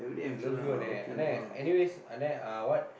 love you அண்ணன்:annan அண்ணன்:annan anyways அண்ணன்:annan ah what